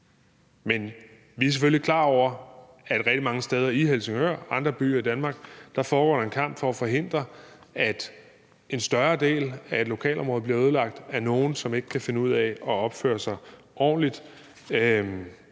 Men vi er selvfølgelig klar over, at rigtig mange steder i Helsingør og andre byer i Danmark foregår der en kamp for at forhindre, at en større del af lokalområdet bliver ødelagt af nogle, som ikke kan finde ud af at opføre sig ordentligt,